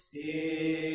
a